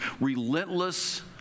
relentless